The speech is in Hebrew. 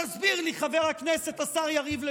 תסביר לי, חבר הכנסת, השר יריב לוין.